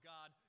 God